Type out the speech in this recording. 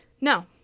no